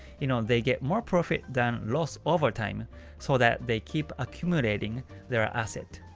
you know, they get more profit than loss over time so that they keep accumulating their asset.